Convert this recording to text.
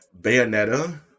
Bayonetta